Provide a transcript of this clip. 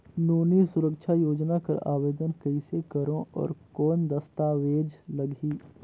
नोनी सुरक्षा योजना कर आवेदन कइसे करो? और कौन दस्तावेज लगही?